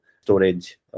storage